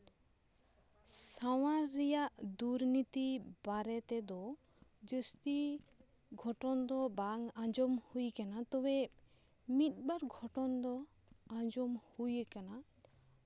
ᱥᱟᱶᱟᱨ ᱨᱮᱭᱟᱜ ᱫᱩᱨᱱᱤᱛᱤ ᱵᱟᱨᱮᱛᱮ ᱫᱚ ᱡᱟᱹᱥᱛᱤ ᱜᱷᱚᱴᱚᱱ ᱫᱚ ᱵᱟᱝ ᱟᱸᱡᱚᱢ ᱦᱩᱭ ᱠᱟᱱᱟ ᱛᱚᱵᱮ ᱢᱤᱫ ᱵᱟᱨ ᱜᱷᱚᱴᱚᱱ ᱫᱚ ᱟᱸᱡᱚᱢ ᱦᱩᱭ ᱠᱟᱱᱟ